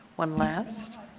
one last.